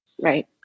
Right